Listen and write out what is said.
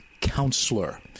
counselor